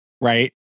right